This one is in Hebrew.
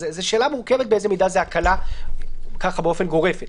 אז זאת שאלה מורכבת באיזו מידה זאת הקלה באופן גורף.